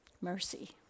Mercy